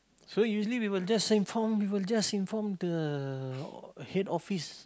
so usually we will just inform we will just inform the head office